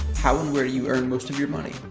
how and where do you earn most of your money?